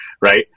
right